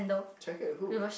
check it with who